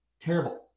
Terrible